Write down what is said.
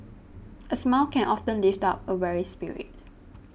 a smile can often lift up a weary spirit